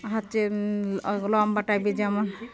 হচ্ছে লম্বা টাইপের যেমন